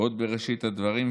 עוד בראשית הדברים,